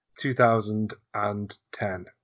2010